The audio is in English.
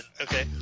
Okay